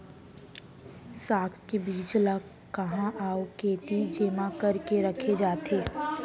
साग के बीज ला कहाँ अऊ केती जेमा करके रखे जाथे?